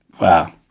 Wow